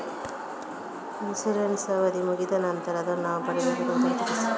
Insurance ನ ಅವಧಿ ಮುಗಿದ ನಂತರ ಅದನ್ನು ನಾವು ಪಡೆದುಕೊಳ್ಳುವ ವಿಧಾನ ತಿಳಿಸಿ?